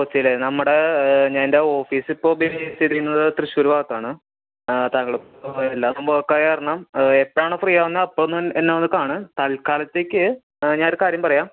കൊച്ചിയിൽ നമ്മുടെ എൻ്റെ ഓഫീസിപ്പോൾ ബിൽഡിങ്ങ് സ്ഥിതി ചെയ്യുന്നത് തൃശ്ശൂർ ഭാഗത്താണ് താങ്കളും ഇപ്പം പോയ എല്ലാവർക്കും വേക്കായ കാരണം എപ്പോഴാണു ഫ്രീയാവുന്നത് അപ്പോൾ വന്ന് എന്നെ വന്ന് കാണ് തൽക്കാലത്തേക്ക് ഞാനൊരു കാര്യം പറയാം